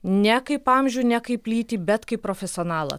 ne kaip amžių ne kaip lytį bet kaip profesionalą